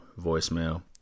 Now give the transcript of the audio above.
voicemail